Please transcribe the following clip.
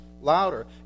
louder